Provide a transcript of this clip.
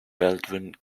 baldwin